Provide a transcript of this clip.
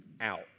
out